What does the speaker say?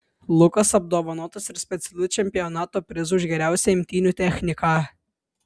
lukas apdovanotas ir specialiu čempionato prizu už geriausią imtynių techniką